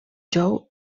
jou